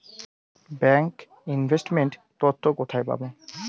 Bank investment তথ্য কোথায় পাব?